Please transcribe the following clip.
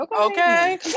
Okay